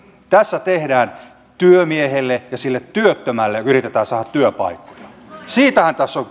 tässä työmiehelle ja sille työttömälle yritetään saada työpaikkoja siitähän tässä on